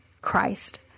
Christ